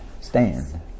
Stand